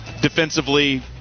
Defensively